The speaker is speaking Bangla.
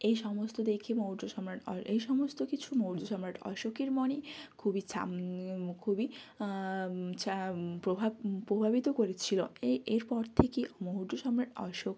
এই সমস্ত দেখে মৌর্য সম্রাট অ এই সমস্ত কিছু মৌর্য সম্রাট অশোকের মনে খুবই ছাপ খুবই ছা প্রভাব প্রভাবিত করেছিলো এ এরপর থেকে মৌর্য সম্রাট অশোক